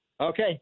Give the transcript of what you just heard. Okay